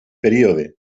període